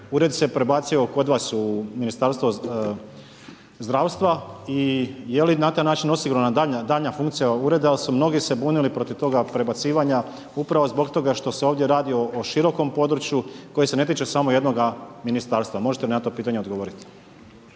Ured se prebacio kod vas u Ministarstvo zdravstva i je li na taj način osigurana daljnja funkcija Ureda jer su mnogi se bunili protiv toga prebacivanja upravo zbog toga što se ovdje radi o širokom području koje se ne tiče samo jednoga ministarstva., možete mi na to pitanje odgovoriti?